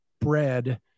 bread